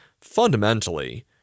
fundamentally